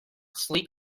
sleep